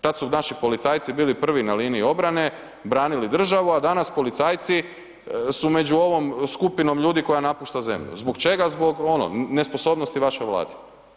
Tad su naši policajci bili prvi na liniji obrane, branili državu a danas policajci su među ovom skupinom ljudi koja napušta zemlju, zbog čega, zbog onog, nesposobnosti vaše Vlade.